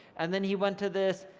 and then he went to this